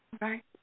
Right